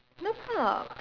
no prob~